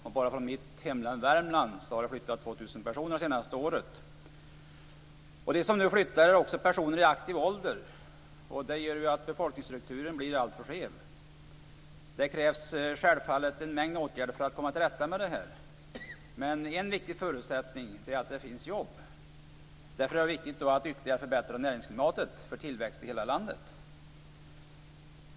Bara från mitt hemlän, Värmland, har det flyttat 2 000 personer det senaste året. De som nu flyttar är också personer i aktiv ålder. Det gör att befolkningsstrukturen blir alltför skev. Det krävs självfallet en mängd åtgärder för att komma till rätta med det här. Men en viktig förutsättning är att det finns jobb. Därför är det viktigt att ytterligare förbättra näringsklimatet för tillväxt i hela landet.